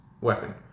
weapon